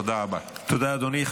תודה רבה תודה אדוני.